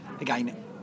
Again